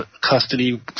custody